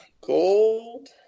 Gold